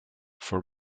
for